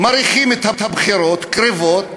מריחים שהבחירות קרבות,